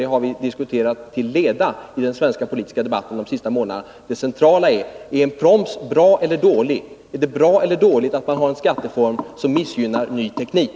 Det har vi diskuterat till leda i den svenska politiska debatten de senaste månaderna. Det centrala är om en proms är bra eller dålig. Är det bra eller dåligt att man har en skatteform som missgynnar ny teknik?